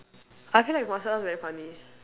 I feel like martial arts very funny